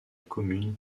commune